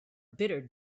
bitter